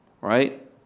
right